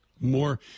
More